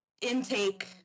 intake